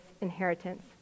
inheritance